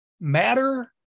matter